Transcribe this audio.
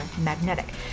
magnetic